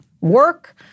work